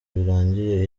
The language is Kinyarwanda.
birangiye